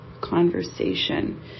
conversation